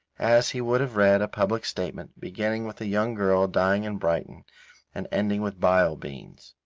as he would have read a public statement beginning with a young girl dying in brighton and ending with bile beans.